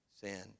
sin